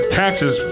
taxes